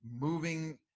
moving